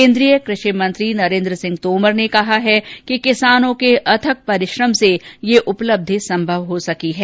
केन्द्रीय कृषि मंत्री नरेन्द्र सिंह तोमर ने कहा कि किसानों के अथक परिश्रम से यह उपलब्धि संभव हो सकी है